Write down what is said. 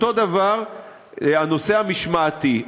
אותו דבר בנושא המשמעתי.